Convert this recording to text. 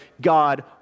God